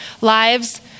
lives